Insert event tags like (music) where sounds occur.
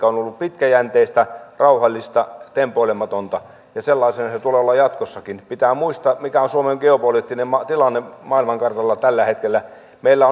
(unintelligible) on ollut pitkäjänteistä rauhallista tempoilematonta ja sellaista sen tulee olla jatkossakin pitää muistaa mikä on suomen geopoliittinen tilanne maailmankartalla tällä hetkellä meillä (unintelligible)